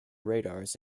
radars